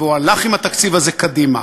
והוא הלך עם התקציב הזה קדימה.